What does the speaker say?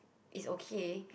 is okay